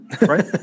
Right